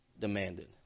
demanded